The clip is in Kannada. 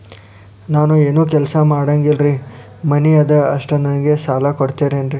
ನಾನು ಏನು ಕೆಲಸ ಮಾಡಂಗಿಲ್ರಿ ಮನಿ ಅದ ಅಷ್ಟ ನನಗೆ ಸಾಲ ಕೊಡ್ತಿರೇನ್ರಿ?